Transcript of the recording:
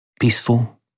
Peaceful